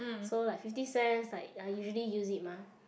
so like fifty cents like I usually use it mah